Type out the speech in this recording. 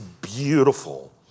beautiful